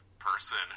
person